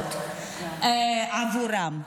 ההחלטות עבורם.